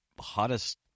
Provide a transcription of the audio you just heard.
hottest